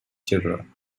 children